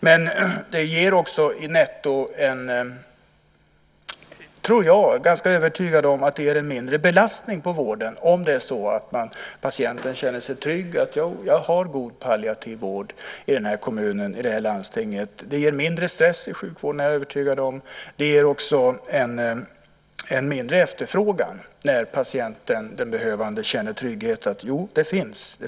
Men det ger också netto - det är jag ganska övertygad om - en mindre belastning på vården om patienten känner sig trygg och vet att hon får god palliativ vård i sin kommun, i sitt landsting. Det ger mindre stress i sjukvården; det är jag övertygad om. Det ger också en mindre efterfrågan när patienten, den behövande, känner trygghet att den finns.